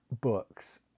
books